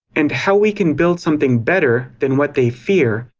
and how we can build something better than what they fear,